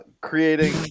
creating